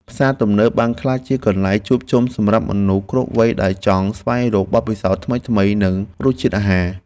ផ្សារទំនើបបានក្លាយជាកន្លែងជួបជុំសម្រាប់មនុស្សគ្រប់វ័យដែលចង់ស្វែងរកបទពិសោធន៍ថ្មីៗនៃរសជាតិអាហារ។